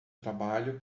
trabalho